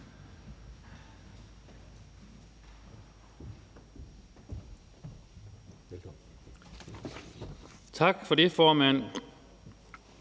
Tak for det, formand.